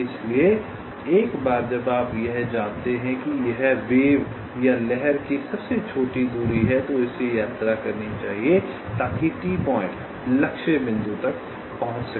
इसलिए एक बार जब आप यह जानते हैं कि यह लहर की सबसे छोटी दूरी है तो इसे यात्रा करना चाहिए ताकि T पॉइंट लक्ष्य बिंदु तक पहुंच सके